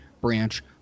branch